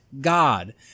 God